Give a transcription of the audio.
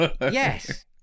Yes